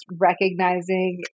recognizing